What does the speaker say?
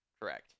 correct